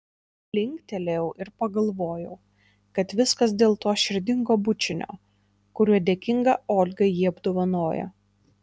linktelėjau ir pagalvojau kad viskas dėl to širdingo bučinio kuriuo dėkinga olga jį apdovanojo